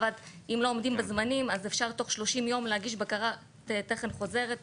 אם לא עומדים בזמנים אז אפשר תוך 30 יום להגיש בקרת תכן חוזרת,